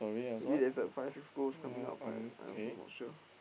maybe there's a five six goals coming out right I also not sure